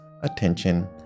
attention